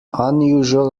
unusual